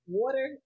water